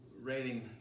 raining